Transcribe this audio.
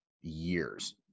years